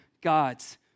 God's